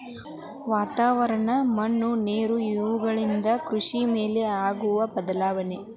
ವಾತಾವರಣ, ಮಣ್ಣು ನೇರು ಇವೆಲ್ಲವುಗಳಿಂದ ಕೃಷಿ ಮೇಲೆ ಆಗು ಬದಲಾವಣೆ